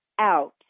out